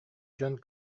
дьон